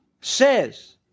says